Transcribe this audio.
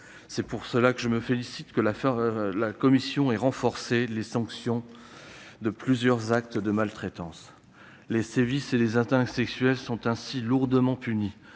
de développement. Je me félicite que la commission ait renforcé les sanctions de plusieurs actes de maltraitance. Les sévices et les atteintes sexuelles sont ainsi plus lourdement punis.